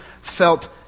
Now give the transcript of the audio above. felt